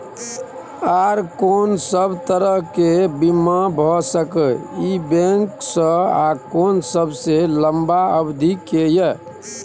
आर कोन सब तरह के बीमा भ सके इ बैंक स आ कोन सबसे लंबा अवधि के ये?